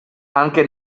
anche